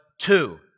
two